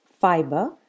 fiber